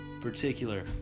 particular